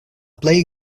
plej